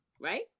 right